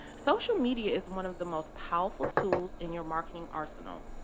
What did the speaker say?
social media is one of the most powerful tools in your marketing arsenal.